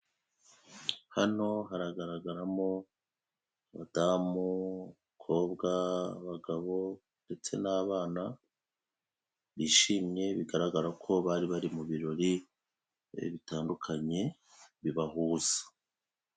Hano haragaragara mo umudamu, umukobwa , abagabo ndetse n'abana bishimye bigaragara ko bari bari mu birori bitandukanye bibahuza.